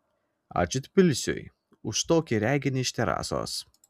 ačiū tbilisiui už tokį reginį iš terasos